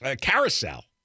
carousel